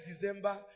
December